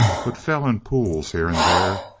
but fell in pools here and there,